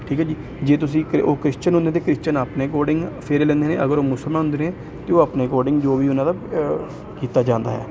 ਠੀਕ ਹੈ ਜੀ ਜੇ ਤੁਸੀਂ ਉਹ ਕ੍ਰਿਸਚਨ ਹੁੰਦੇ ਅਤੇ ਕ੍ਰਿਸਚਨ ਆਪਣੇ ਅਕੋਡਿੰਗ ਫੇਰੇ ਲੈਂਦੇ ਨੇ ਅਗਰ ਉਹ ਮੁਸਲਮਾਨ ਹੁੰਦੇ ਨੇ ਅਤੇ ਉਹ ਆਪਣੇ ਅਕੋਰਡਿੰਗ ਜੋ ਵੀ ਉਹਨਾਂ ਦਾ ਕੀਤਾ ਜਾਂਦਾ ਹੈ